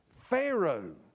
Pharaoh